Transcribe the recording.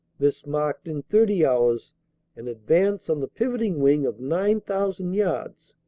this marked in thirty hours an advance on the pivoting wing of nine thousand yards,